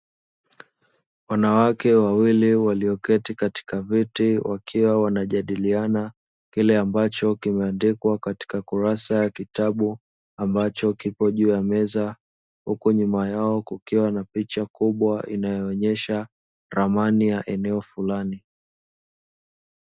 Wanawake wawili walioketi katika viti, wakiwa wanajadiliana kile ambacho kimeandikwa katika kurasa ya kitabu ambacho kipo juu ya meza huku nyuma yao kukiwa na picha kubwa inayoonesha ramani ya eneo fulani.